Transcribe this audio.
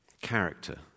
character